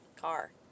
Car